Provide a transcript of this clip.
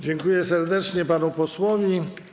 Dziękuję serdecznie panu posłowi.